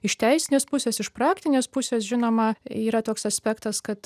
iš teisinės pusės iš praktinės pusės žinoma yra toks aspektas kad